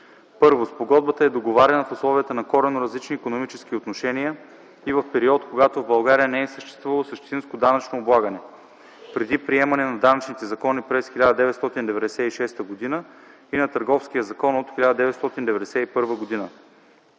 Първо, спогодбата е договаряна в условията на коренно различни икономически отношения и в период, когато в България не е съществувало същинско данъчно облагане (преди приемане на данъчните закони през 1996 г. и на Търговския закон от 1991 г.).